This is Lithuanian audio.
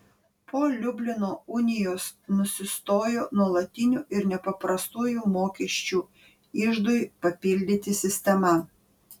po liublino unijos nusistojo nuolatinių ir nepaprastųjų mokesčių iždui papildyti sistema